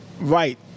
Right